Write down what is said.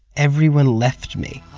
everyone left me.